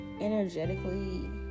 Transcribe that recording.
energetically